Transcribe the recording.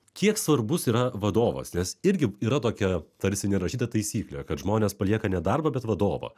kiek svarbus yra vadovas nes irgi yra tokia tarsi nerašyta taisyklė kad žmonės palieka ne darbą bet vadovą